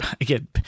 again